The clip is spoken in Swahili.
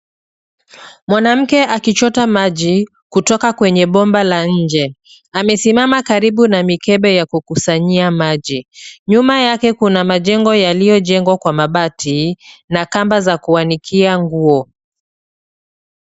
Mwanamke akichota maji kutoka kwenye bomba la nje. Amesimama karibu na mikebe ya kukusanyia maji. Nyuma yake kuna majengo yaliyojengwa kwa mabati na kamba za kuanikia nguo.